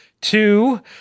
two